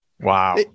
Wow